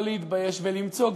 לא להתבייש ולמצוא,